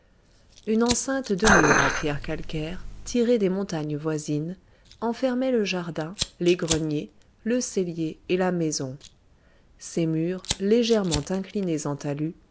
une enceinte de murs en pierre calcaire tirée des montagnes voisines enfermait le jardin les greniers le cellier et la maison ces murs légèrement inclinés en talus